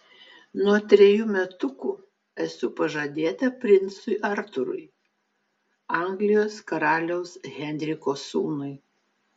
nuo trejų metukų esu pažadėta princui artūrui anglijos karaliaus henriko sūnui